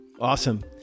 Awesome